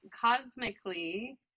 cosmically